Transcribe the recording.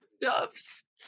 Doves